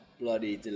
bloody